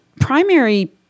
primary